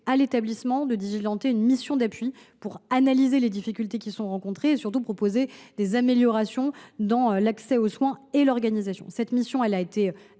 à l’établissement de diligenter une mission d’appui, pour analyser les difficultés rencontrées et surtout pour proposer des améliorations dans l’accès aux soins et l’organisation. Cette mission, dont